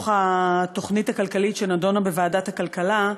התוכנית הכלכלית שנדונו בוועדת הכלכלה.